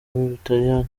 butaliyani